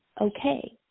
okay